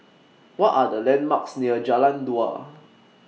What Are The landmarks near Jalan Dua